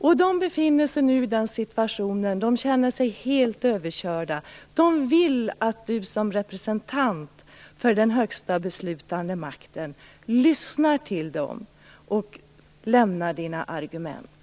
De anhöriga känner sig nu helt överkörda, och de vill att kommunikationsministern som representant för den högsta beslutande makten lyssnar till dem och lämnar sina argument.